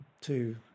two